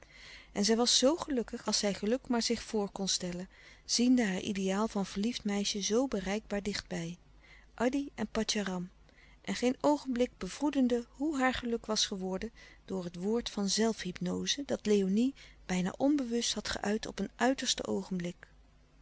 en zij was zoo gelukkig als zij geluk maar zich voor kon stellen ziende haar ideaal van verliefd meisje zoo bereikbaar dichtbij addy en patjaram en geen oogenblik bevroedende hoe haar geluk was geworden door het woord van zelfhypnoze dat léonie bijna onbewust had geuit op een uiterste oogenblik